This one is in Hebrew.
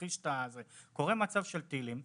קורה מצב של טילים,